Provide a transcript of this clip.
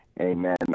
amen